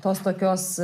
tos tokios